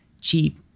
cheap